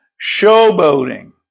showboating